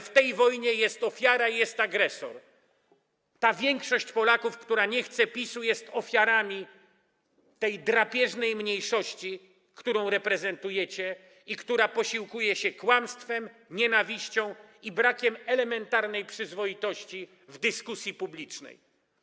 W tej wojnie jest ofiara i jest agresor, ta większość Polaków, która nie chce PiS-u, jest ofiarą tej drapieżniej mniejszości, którą reprezentujecie i która posiłkuje się kłamstwem, nienawiścią i brakiem elementarnej przyzwoitości w dyskusji publicznej.